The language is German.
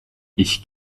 ich